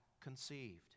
conceived